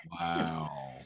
Wow